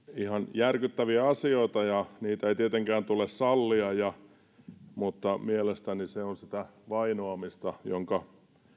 järkyttäviä ja niitä ei tietenkään tule sallia mutta mielestäni se on sitä vainoamista jonka